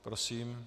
Prosím.